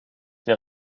der